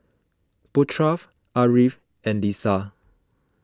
Putra Ariff and Lisa